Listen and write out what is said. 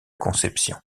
conception